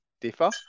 differ